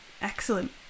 excellent